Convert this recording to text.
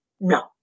no